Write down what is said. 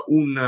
un